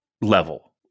level